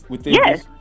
Yes